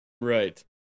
Right